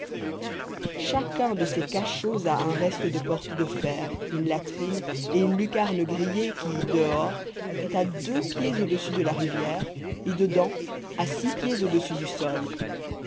chacun de ces cachots a un reste de porte de fer une latrine et une lucarne grillée qui dehors est à deux pieds au-dessus de la rivière et dedans à six pieds au-dessus du sol